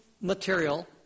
material